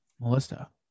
Melissa